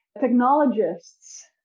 technologists